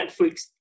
Netflix